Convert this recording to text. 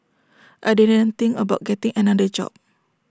I didn't think about getting another job